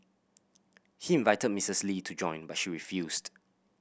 he invited Mistress Lee to join but she refused